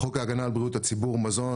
חוק ההגנה על בריאות הציבור (מזון),